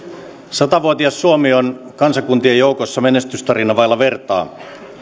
sata vuotias suomi on kansakuntien joukossa menestystarina vailla vertaa me